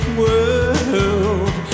world